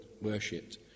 worshipped